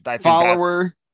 follower